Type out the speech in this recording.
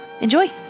enjoy